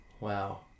Wow